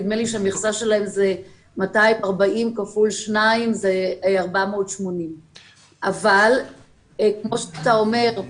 נדמה לי שהמכסה שלהם היא 240 כפול 2 480. אבל כמו שאתה אומר,